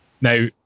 now